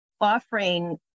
offering